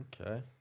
Okay